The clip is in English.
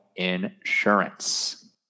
insurance